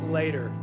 later